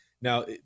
Now